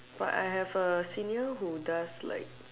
but I have a senior who does like